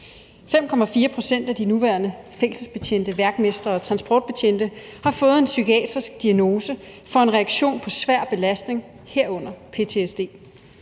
5,4 pct. af de nuværende fængselsbetjente, værkmestre og transportbetjente har fået en psykiatrisk diagnose for en reaktion på svær belastning, herunder ptsd.